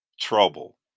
trouble